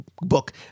book